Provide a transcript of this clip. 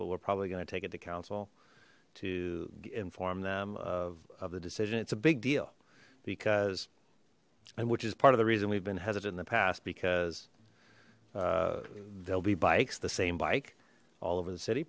but we're probably going to take it to council to inform them of of the decision it's a big deal because which is part of the reason we've been hesitant in the past because uh there'll be bikes the same bike all over the city